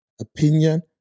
opinion